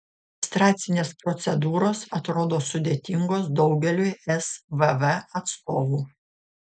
administracinės procedūros atrodo sudėtingos daugeliui svv atstovų